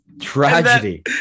Tragedy